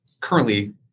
currently